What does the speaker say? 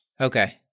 Okay